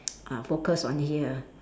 uh focus on here